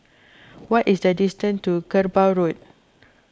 what is the distance to Kerbau Road